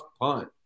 punt